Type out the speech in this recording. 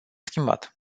schimbat